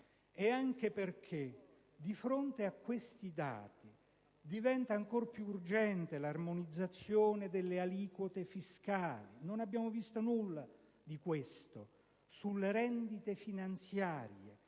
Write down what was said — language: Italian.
ma anche perché di fronte a questi dati diventa ancora più urgente l'armonizzazione delle aliquote fiscali (non abbiamo visto nulla di questo) sulle rendite finanziarie